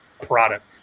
product